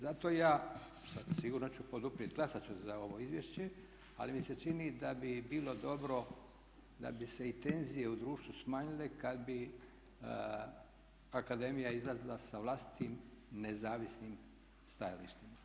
Zato ja, sigurno ću poduprijeti, glasati ću za ovo izvješće, ali mi se čini da bi bilo dobro, da bi se i tenzije u društvu smanjile kada bi akademija izlazila sa vlastitim, nezavisnim stajalištima.